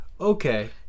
Okay